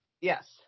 Yes